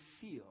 feel